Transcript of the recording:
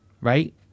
right